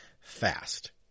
fast